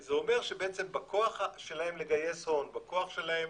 זה אומר שבכוח שלהם לגייס הון, בכוח שלהם